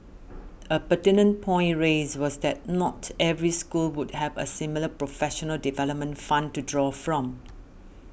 a pertinent point raised was that not every school would have a similar professional development fund to draw from